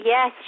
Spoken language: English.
Yes